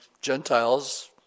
Gentiles